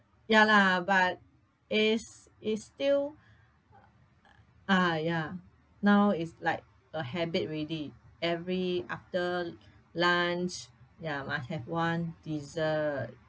ya lah but is is still ah ya now it's like a habit already every after lunch ya must have one dessert